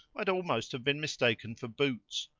might almost have been mistaken for boots,